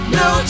no